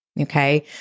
Okay